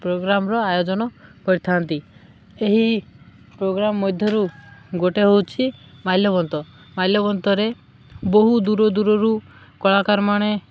ପ୍ରୋଗ୍ରାମ୍ର ଆୟୋଜନ କରିଥାନ୍ତି ଏହି ପ୍ରୋଗ୍ରାମ୍ ମଧ୍ୟରୁ ଗୋଟେ ହେଉଛି ମାଲ୍ୟବନ୍ତ ମାଲ୍ୟବନ୍ତରେ ବହୁ ଦୂର ଦୂରରୁ କଳାକାର ମାନେ